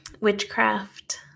witchcraft